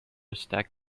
stack